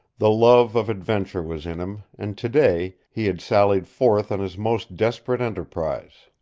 the love of adventure was in him, and today he had sallied forth on his most desperate enterprise.